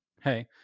hey